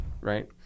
Right